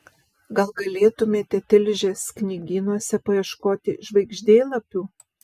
gal galėtumėte tilžės knygynuose paieškoti žvaigždėlapių